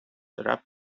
rap